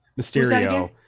Mysterio